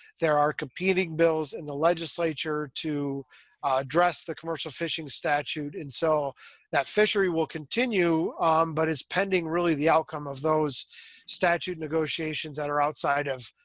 there are competing bills in the legislature to address the commercial fishing statute. and so that fishery will continue but is pending really the outcome of those statute negotiations that are outside of